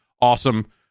awesome